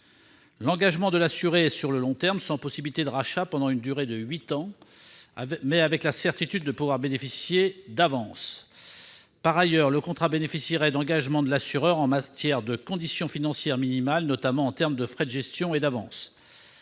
s'engagerait sur le long terme, sans possibilité de rachat pendant une durée de huit ans, mais avec la certitude de pouvoir bénéficier d'avances. Par ailleurs, le contrat bénéficierait d'engagements de l'assureur en matière de conditions financières minimales, notamment en termes de frais de gestion et d'avances.